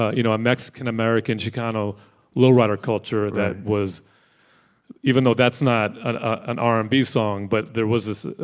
you know, a mexican-american chicano lowrider culture that was even though that's not an an r and b song but there was this.